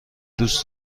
دوست